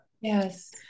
Yes